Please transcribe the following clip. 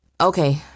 okay